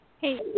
Hey